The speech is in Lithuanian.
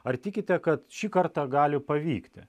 ar tikite kad šį kartą gali pavykti